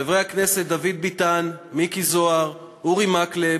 חברי הכנסת דוד ביטן, מיקי זוהר, אורי מקלב,